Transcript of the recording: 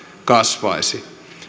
kasvaisi